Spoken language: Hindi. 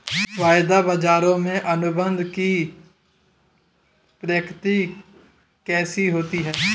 वायदा बाजारों में अनुबंध की प्रकृति कैसी होती है?